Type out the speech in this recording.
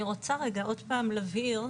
אני רוצה עוד פעם להבהיר,